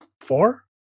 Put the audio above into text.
Four